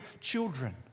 children